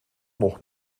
nog